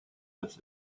dass